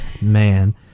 man